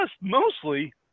mostly